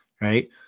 Right